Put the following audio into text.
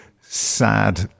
sad